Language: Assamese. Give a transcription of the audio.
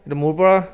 এইটো মোৰপৰা